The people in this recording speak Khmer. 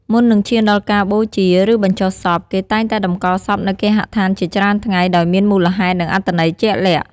មុននឹងឈានដល់ការបូជា ឬបញ្ចុះសព គេតែងតែតម្កល់សពនៅគេហដ្ឋានជាច្រើនថ្ងៃ ដោយមានមូលហេតុ និងអត្ថន័យជាក់លាក់។